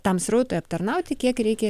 tam srautui aptarnauti kiek reikia